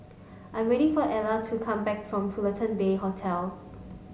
I'm waiting for Elia to come back from Fullerton Bay Hotel